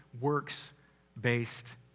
works-based